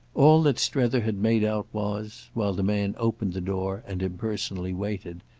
all that strether had made out was, while the man opened the door and impersonally waited,